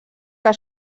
que